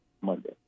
Monday